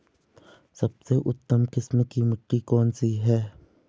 सबसे उत्तम किस्म की मिट्टी कौन सी है?